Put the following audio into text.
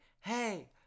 hey